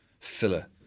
filler